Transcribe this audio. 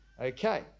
Okay